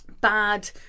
bad